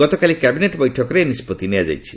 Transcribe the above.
ଗତକାଲି କ୍ୟାବିନେଟ ବୈଠକରେ ଏହି ନିଷ୍ପତ୍ତି ନିଆଯାଇଛି